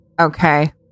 okay